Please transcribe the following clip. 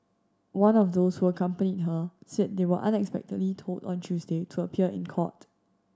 one of those who accompanied her said they were unexpectedly told on Tuesday to appear in court